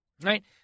right